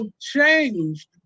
changed